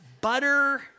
Butter